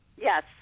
Yes